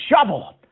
shovel